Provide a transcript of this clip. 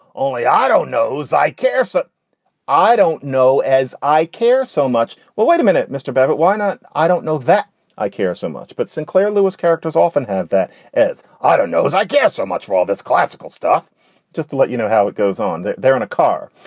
only i don't knows. i care, but i don't know as i care so much. well, wait a minute, mr. babbitt. why not? i don't know that i care so much, but sinclair lewis characters often have that as i don't know. i guess so much for all this classical stuff just to let you know how it goes on there there in a car.